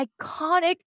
iconic